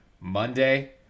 Monday